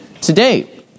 today